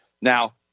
Now